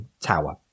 tower